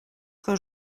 que